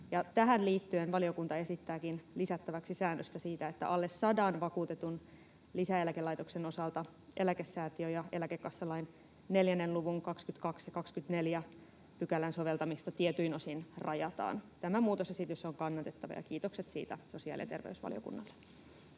Tähän liittyen valiokunta esittääkin lisättäväksi säännöstä siitä, että alle 100 vakuutetun lisäeläkelaitoksen osalta eläkesäätiö- ja eläkekassalain 4 luvun 22 ja 24 §:n soveltamista tietyin osin rajataan. Tämä muutosesitys on kannatettava, ja kiitokset siitä sosiaali- ja terveysvaliokunnalle.